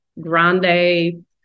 grande